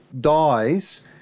dies